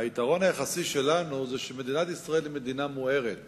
היתרון היחסי שלנו הוא שמדינת ישראל היא מדינה מוארת